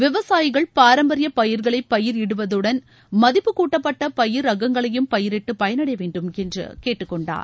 விவசாயிகள் பாரம்பரியபயிர்களைபயிர் இடுவதுடன் மதிப்புக்கூட்டப்பட்டபயிர் ரகங்களையும் பயிரிட்டுபயனடையவேண்டும் என்றகேட்டுக்கொண்டார்